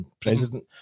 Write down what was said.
president